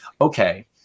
okay